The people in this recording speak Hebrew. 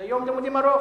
זה יום לימודים ארוך.